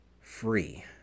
free